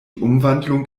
umwandlung